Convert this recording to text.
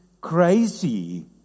crazy